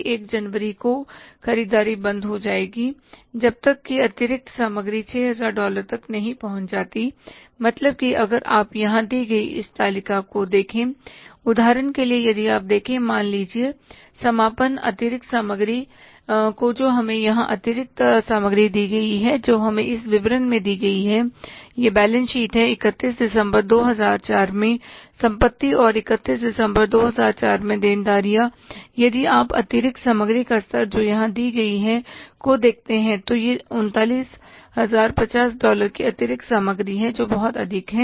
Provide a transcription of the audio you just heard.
1 जनवरी को ख़रीददारी बंद हो जाएगी जब तक कि अतिरिक्त सामग्री 6000 डॉलर तक नहीं पहुंच जाती मतलब कि अगर आप यहां दी गई इस तालिका को देखें I उदाहरण के लिए यदि आप देखें मान लीजिए समापन अतिरिक्त सामग्री को जो कि हमें यहां अतिरिक्त सामग्री दी गई है जो हमें इस विवरण में दी गई हैं यह बैलेंस शीट है 31 दिसंबर 2004 में संपत्ति और 31 दिसंबर 2004 में देनदारियां यदि आप अतिरिक्त सामग्री का स्तर जो यहां दी गई है को देखते हैं तो यह 39050 डॉलर की अतिरिक्त सामग्री है जो बहुत अधिक है